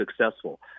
successful